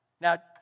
Now